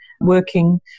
working